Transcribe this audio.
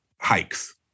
hikes